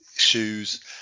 shoes